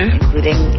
including